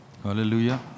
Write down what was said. Hallelujah